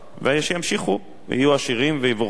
ושימשיכו, ויהיו עשירים, ויבורכו.